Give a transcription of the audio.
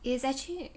it's actually